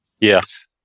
Yes